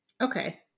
okay